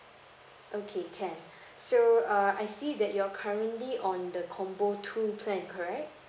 okay can so err I see that your currently on the combo two plan correct